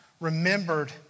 remembered